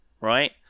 right